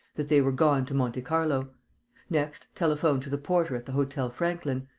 that they were gone to monte carlo next, telephone to the porter at the hotel franklin.